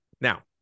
Now